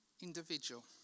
individual